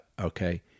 Okay